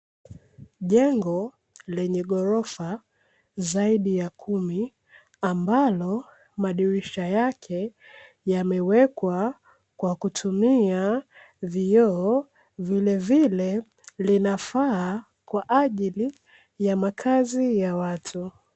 Jengo lenye ghorofa zaidi ya kumi, ambalo madirisha yake yamewekwa kwa kutumia vioo vilevile linafaa kwa ajili ya makazi ya watu.